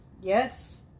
Yes